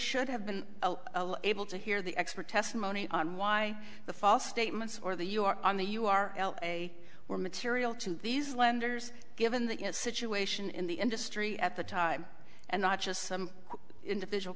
should have been able to hear the expert testimony on why the false statements or the you are on the you are a were material to these lenders given the situation in the industry at the time and not just some individual